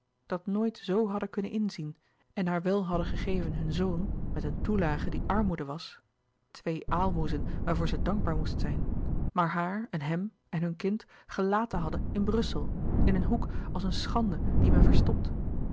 zielen nooit zo hadden kunnen inzien en haar wel hadden gegeven hun zoon met een toelage die armoede was twee aalmoezen waarvoor zij dankbaar moest zijn maar haar en hem en hun kind gelaten hadden in brussel in een hoek als een schande die men verstopt